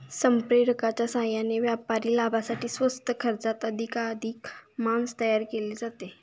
संप्रेरकांच्या साहाय्याने व्यापारी लाभासाठी स्वस्त खर्चात अधिकाधिक मांस तयार केले जाते